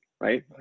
right